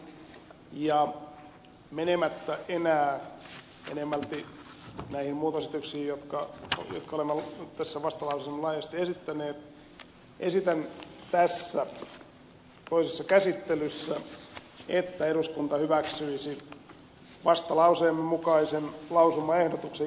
menemättä enää enemmälti näihin muutosesityksiin jotka olemme vastalauseessamme laajasti esittäneet esitän tässä toisessa käsittelyssä että eduskunta hyväksyisi vastalauseemme mukaisen lausumaehdotuksen joka kuuluu